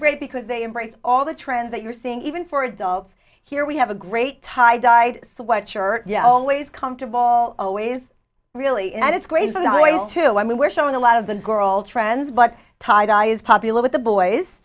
great because they embrace all the trends that you're seeing even for adults here we have a great tie dyed sweatshirt yeah always comfortable always really and it's great for knowing too i mean we're showing a lot of the girl trends but title is popular with the boys